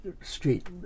street